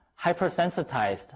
hypersensitized